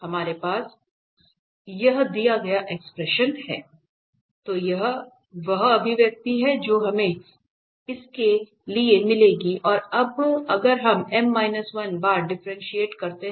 हमारे पास है तो यह वह अभिव्यक्ति है जो हमें इसके लिए मिलेगी और अब अगर हम m 1 बार डिफ्रेंटिएट करते हैं